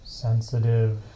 sensitive